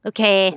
Okay